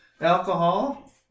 alcohol